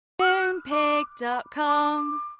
Moonpig.com